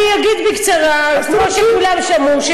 אני אגיד בקצרה את מה שכולם שמעו,